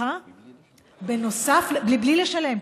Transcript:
בלי לשלם?